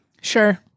Sure